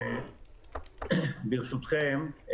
ברשותכם,